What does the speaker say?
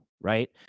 right